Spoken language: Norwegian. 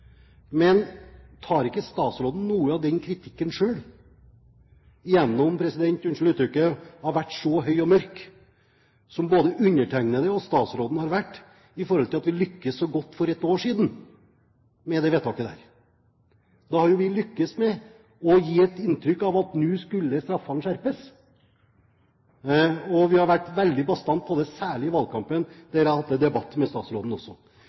Men må ikke statsråden ta noe av den kritikken selv gjennom – unnskyld uttrykket – å være så høy og mørk som både undertegnede og statsråden var fordi vi lyktes så godt for ett år siden med det vedtaket vi gjorde? Da har vi jo lyktes med å gi et inntrykk av at nå skulle straffene skjerpes, og vi har vært veldig bastant på det, særlig i valgkampen, der jeg hadde debatt med statsråden også.